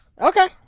okay